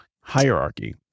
hierarchy